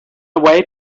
away